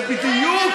זה בדיוק,